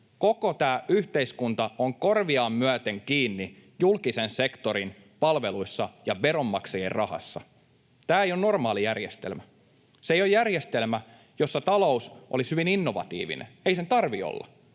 Koko tämä yhteiskunta on korviaan myöten kiinni julkisen sektorin palveluissa ja veronmaksajien rahassa. Tämä ei ole normaali järjestelmä. Se ei ole järjestelmä, jossa talous olisi hyvin innovatiivinen. Ei sen tarvitse olla,